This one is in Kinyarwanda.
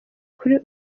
kuri